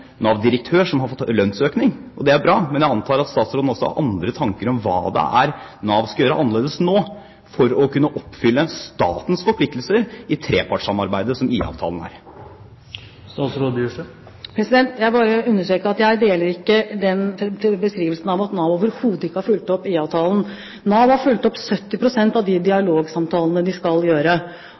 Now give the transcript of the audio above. andre tanker om hva Nav skal gjøre annerledes nå, for å kunne oppfylle statens forpliktelser i det trepartsamarbeidet som IA-avtalen er. Jeg vil understreke at jeg ikke deler beskrivelsen av at Nav overhodet ikke har fulgt opp IA-avtalen. Nav har fulgt opp 70 pst. av de dialogsamtalene de skal gjøre,